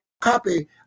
copy